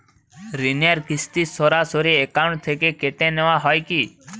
ঋণের কিস্তি সরাসরি অ্যাকাউন্ট থেকে কেটে নেওয়া হয় কি?